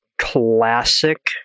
classic